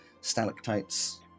stalactites